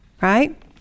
right